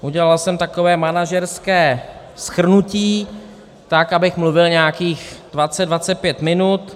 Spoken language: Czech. Udělal jsem takové manažerské shrnutí, tak abych mluvil nějakých dvacet, dvacet pět minut.